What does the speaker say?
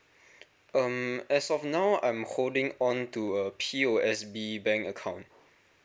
um as of now I'm holding onto a p o s b bank account